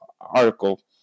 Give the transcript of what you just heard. article